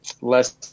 less